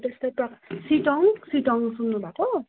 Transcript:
त्यस्तो त सिटोङ सिटोङ सुन्नु भएको